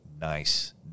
Nice